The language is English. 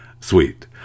sweet